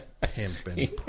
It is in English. Pimping